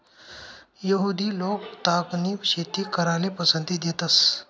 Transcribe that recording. यहुदि लोक तागनी शेती कराले पसंती देतंस